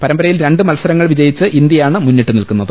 പരമ്പരയിൽ രണ്ട് മത്സരങ്ങൾ വിജയിച്ച് ഇന്ത്യയാണ് മുന്നിട്ട് നിൽക്കുന്നത്